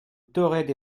torret